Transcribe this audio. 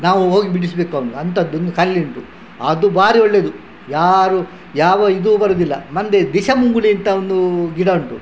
ನಾವು ಹೋಗಿ ಬಿಡಿಸಬೇಕು ಅವನ್ನ ಅಂತದ್ದೊಂದು ಕಳ್ಳಿ ಉಂಟು ಅದು ಭಾರಿ ಒಳ್ಳೆದು ಯಾರು ಯಾವ ಇದು ಬರೋದಿಲ್ಲ ಮಂದೆ ದಿಸಮುಂಗುಳಿ ಅಂತ ಒಂದು ಗಿಡ ಉಂಟು